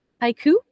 haiku